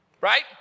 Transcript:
Right